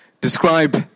describe